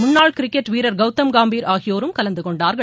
முன்னாள் கிரிக்கெட் வீரர் கவுதம் கம்பிர் ஆகியோரும் கலந்து கொண்டார்கள்